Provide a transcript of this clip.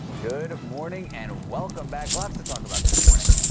good morning and welcome back lots to talk about this morning.